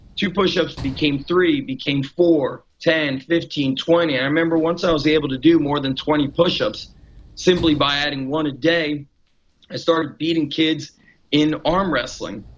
two push ups became three, became four, ten, fifteen, twenty. i remember once i was able to do more than twenty push ups simply by adding one a day i started beating kids in arm wrestling.